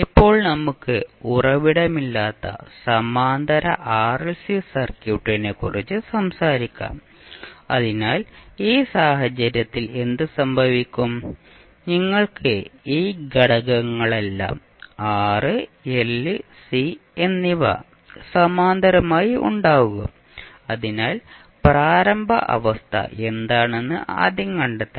ഇപ്പോൾ നമുക്ക് ഉറവിടമില്ലാത്ത സമാന്തര ആർഎൽസി സർക്യൂട്ടിനെക്കുറിച്ച് സംസാരിക്കാം അതിനാൽ ഈ സാഹചര്യത്തിൽ എന്ത് സംഭവിക്കും നിങ്ങൾക്ക് ഈ ഘടകങ്ങളെല്ലാം R L C എന്നിവ സമാന്തരമായി ഉണ്ടാകും അതിനാൽ പ്രാരംഭ അവസ്ഥ എന്താണെന്ന് ആദ്യം കണ്ടെത്തണം